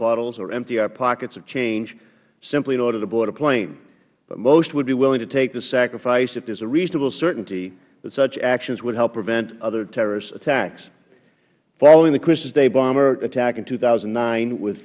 bottles or empty our pockets of change simply in order to board a plane but most would be willing to take the sacrifice if there is a reasonable certainty that such actions would help prevent other terrorist attacks following the christmas day bomber attack in two thousand and nine w